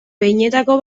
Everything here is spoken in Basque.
behinenetako